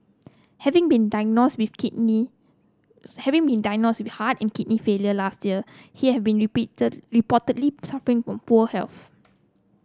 having been diagnosed with kidney having been diagnosed with heart and kidney failure last year he have been repeated reportedly suffering from poor health